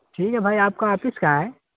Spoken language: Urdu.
ٹھیک ہے بھائی آپ کا آفس کہاں ہے